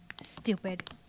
Stupid